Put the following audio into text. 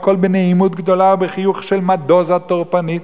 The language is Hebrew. והכול בנעימות גדולה ובחיוך של מדוזה טורפנית.